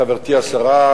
חברתי השרה,